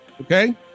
okay